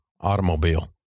automobile